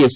F